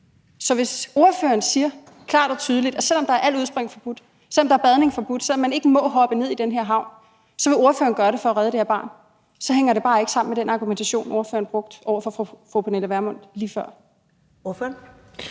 Så ordføreren siger klart og tydeligt, at selv om alt udspring er forbudt, selv om badning er forbudt, selv om man ikke må hoppe ned i den her havn, så ville ordføreren gøre det for at redde det her barn. Så hænger det bare ikke sammen med den argumentation, ordføreren brugte over for fru Pernille Vermund lige før.